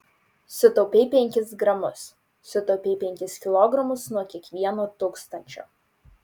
sutaupei penkis gramus sutaupei penkis kilogramus nuo kiekvieno tūkstančio